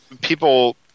people